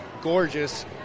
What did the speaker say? gorgeous